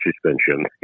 suspension